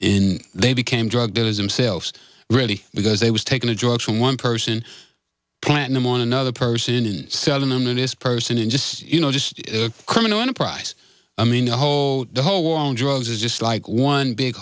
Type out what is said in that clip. in they became drug dealers them selves ready because they was taking a drug from one person platinum on another person and selling them to this person and just you know just criminal enterprise i mean the whole the whole war on drugs is just like one big